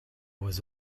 was